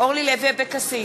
אורלי לוי אבקסיס,